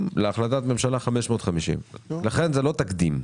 להחלטת ממשלה מספר 550. לכן זה לא תקדים.